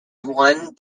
one